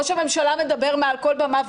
ראש הממשלה מדבר מעל כל במה,